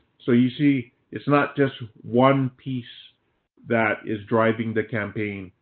so you see, it's not just one piece that is driving the campaign.